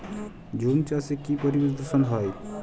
ঝুম চাষে কি পরিবেশ দূষন হয়?